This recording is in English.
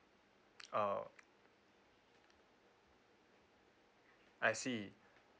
oh I see